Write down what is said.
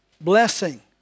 Blessing